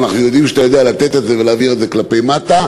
ואנחנו יודעים שאתה יודע לתת את זה ולהעביר את זה כלפי מטה,